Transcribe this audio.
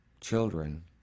children